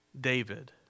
David